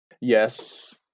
Yes